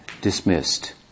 dismissed